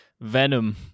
Venom